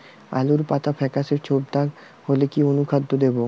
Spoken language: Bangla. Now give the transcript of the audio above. আলুর পাতা ফেকাসে ছোপদাগ হলে কি অনুখাদ্য দেবো?